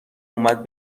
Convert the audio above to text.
اومد